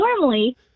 normally